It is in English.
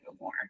more